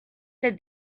said